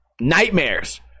nightmares